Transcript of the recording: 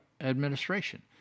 administration